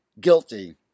guilty